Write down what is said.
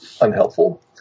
unhelpful